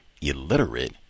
illiterate